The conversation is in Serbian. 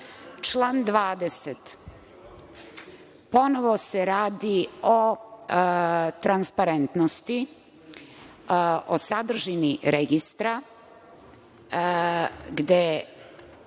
voli. Član 20, ponovo se radi o transparentnosti o sadržini registra gde